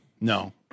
No